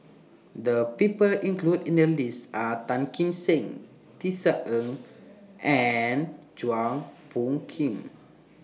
The People included in The list Are Tan Kim Seng Tisa Ng and Chua Phung Kim